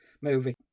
movie